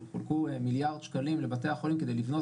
חולקו מיליארד שקלים לבתי החולים כדי לבנות